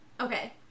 Okay